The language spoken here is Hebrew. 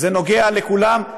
זה נוגע לכולם,